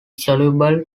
soluble